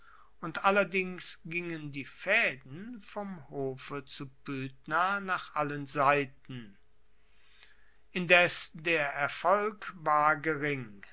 und allerdings gingen die faeden vom hofe zu pydna nach allen seiten indes der erfolg war gering